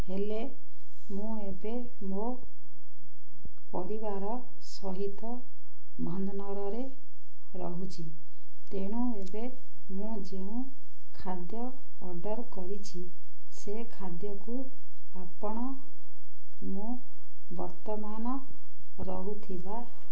ହେଲେ ମୁଁ ଏବେ ମୋ ପରିବାର ସହିତ ଭଞ୍ଜନଗରରେ ରହୁଛି ତେଣୁ ଏବେ ମୁଁ ଯେଉଁ ଖାଦ୍ୟ ଅର୍ଡ଼ର୍ କରିଛି ସେ ଖାଦ୍ୟକୁ ଆପଣ ମୁଁ ବର୍ତ୍ତମାନ ରହୁଥିବା